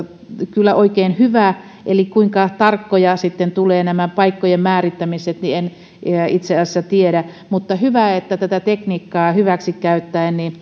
kyllä oikein hyvä eli kuinka tarkkoja sitten ovat nämä paikkojen määrittämiset niin en itse asiassa tiedä mutta hyvä että tätä tekniikkaa hyväksikäyttäen